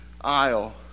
aisle